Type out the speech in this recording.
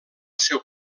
seu